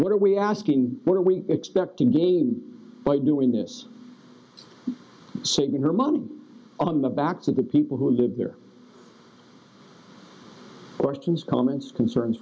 what are we asking what are we expecting to gain by doing this saving her money on the backs of the people who live there orton's comments concerns